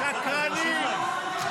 שקרנים.